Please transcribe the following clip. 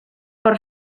per